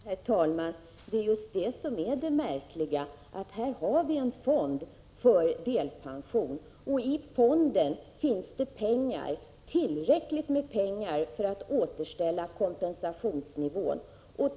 Herr talman! Det märkliga är just det förhållandet att vi har en fond för delpensioner och att det i fonden finns tillräckligt med pengar för återställande av kompensationsnivån.